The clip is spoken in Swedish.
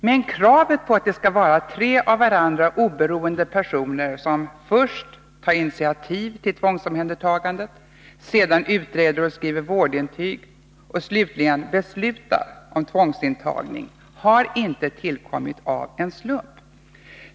Men kravet på att det skall vara tre av varandra oberoende personer som först tar initiativ till tvångsomhändertagandet, sedan utreder och skriver vårdintyg och slutligen beslutar om tvångsintagning har inte tillkommit av en slump.